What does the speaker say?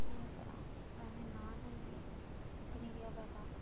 केह् करां पैहे नास होई गे इक नी रेहा पैसा